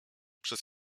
przez